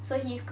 so he's